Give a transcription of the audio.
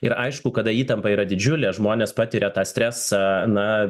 ir aišku kada įtampa yra didžiulė žmonės patiria tą stresą na